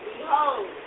Behold